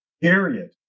Period